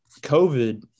COVID